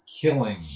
killing